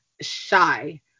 shy